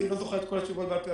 את כל התשובות בעל פה.